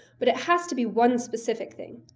but it has to be one specific thing.